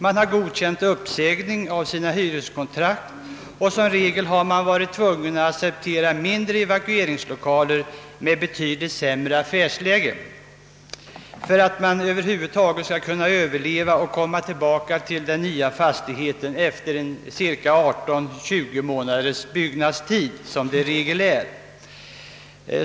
Man har godkänt uppsägning av sina hyreskontrakt, och som regel har man varit tvungen att acceptera mindre evakueringslokaler med betydligt sämre affärsläge för att över huvud taget kunna överleva och komma tillbaka till den nya fastigheten efter 18—20 månader som byggnadstiden i regel är.